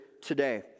today